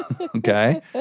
okay